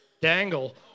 dangle